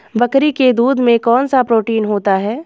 बकरी के दूध में कौनसा प्रोटीन होता है?